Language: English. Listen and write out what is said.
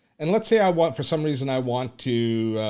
and let's say i want, for some reason i want to,